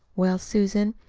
well, susan,